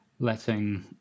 Letting